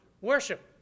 Worship